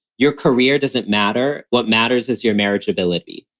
your career doesn't matter. what matters is your marriagability.